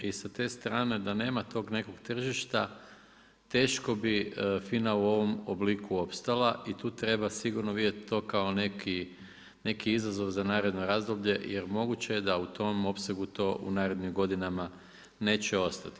I sa te strane da nema tog nekog tržišta teško bi FINA u ovom obliku opstala i tu treba sigurno vidjeti to kao neki izazov za naredno razdoblje jer moguće je da u tom opsegu to u narednim godinama neće ostati.